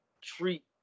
treat